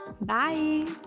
Bye